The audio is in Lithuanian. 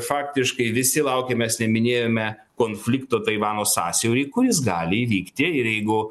faktiškai visi laukiam mes neminėjome konflikto taivano sąsiaury kuris gali įvykti ir jeigu